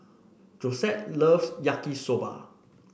Josette loves Yaki Soba